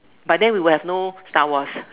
but then we would have no Star-Wars